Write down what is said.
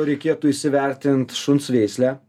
reikėtų įsivertint šuns veislę